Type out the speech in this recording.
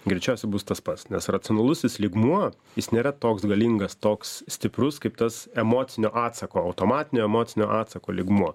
greičiausiai bus tas pats nes racionalusis lygmuo jis nėra toks galingas toks stiprus kaip tas emocinio atsako automatinio emocinio atsako lygmuo